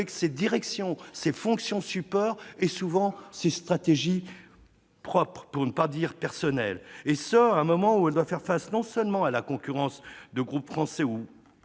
sa direction, ses fonctions support, et souvent, ses stratégies propres, pour ne pas dire personnelles, et ce à un moment où l'audiovisuel public doit faire face, non seulement à la concurrence de groupes français ou